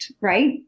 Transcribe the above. right